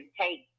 take